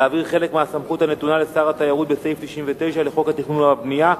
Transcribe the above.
להעביר חלק מהסמכות הנתונה לשר התיירות בסעיף 99 לחוק התכנון והבנייה,